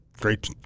great